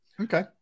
Okay